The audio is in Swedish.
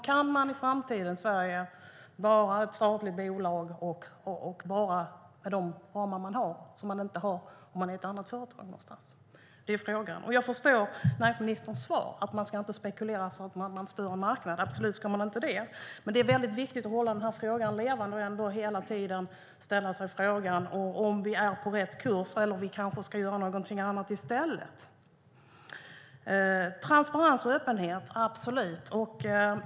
Kan ett statligt bolag i framtidens Sverige verka med de ramar de har som inte andra bolag har? Det är frågan. Jag förstår näringsministerns svar att han inte ska spekulera så att han stör marknaden. Det ska han absolut inte. Men det är viktigt att hålla frågan levande och hela tiden fråga om vi är på rätt kurs eller om vi ska göra något annat i stället. Vi ska absolut ha transparens och öppenhet.